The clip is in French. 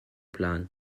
plan